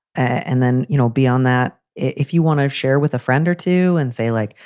and then, you know, beyond that, if you want to share with a friend or two and say, like,